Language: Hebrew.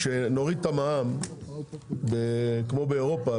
כשנוריד את המע"מ כמו באירופה,